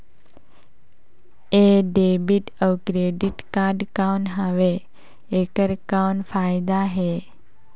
ये डेबिट अउ credit card कौन हवे एकर कौन फाइदा हे?